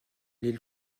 les